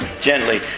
Gently